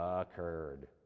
occurred